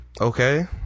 Okay